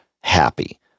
happy